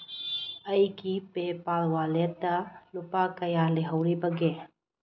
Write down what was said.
ꯑꯩꯒꯤ ꯄꯦꯄꯥꯜ ꯋꯥꯂꯦꯠꯇ ꯂꯨꯄꯥ ꯀꯌꯥ ꯂꯩꯍꯧꯔꯤꯕꯒꯦ